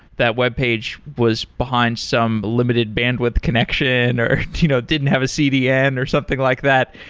that web page was behind some limited bandwidth connection, or you know didn't have a cdn, or something like that.